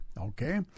Okay